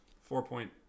four-point